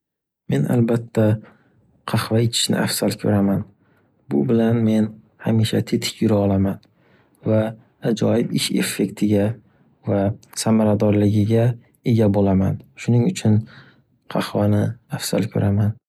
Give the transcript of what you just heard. Men albatta qahva ichishni afzal ko’raman. Bu bilan men hamisha tetik yura olaman. Va ajoyib ish effektiga va samaradorligiga ega bo’laman. Shuning uchun qahvani afzal ko’raman.